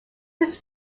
this